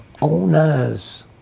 owners